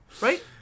Right